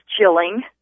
chilling